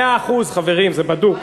מאה אחוז, חברים, זה בדוק.